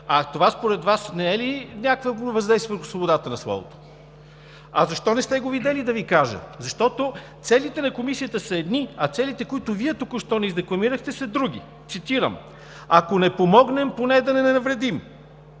Това според Вас не е ли някакво грубо въздействие върху свободата на словото?! Да Ви кажа защо не сте го видели. Защото целите на Комисията са едни, а целите, които Вие току-що ни издекламирахте, са други. Цитирам: „Ако не помогнем, поне да не навредим,